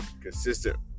consistent